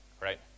right